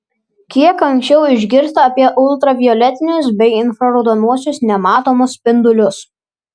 kiek anksčiau išgirsta apie ultravioletinius bei infraraudonuosius nematomus spindulius